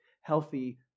healthy